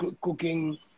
cooking